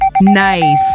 Nice